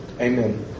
Amen